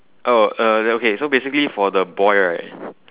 oh uh okay so basically for the boy right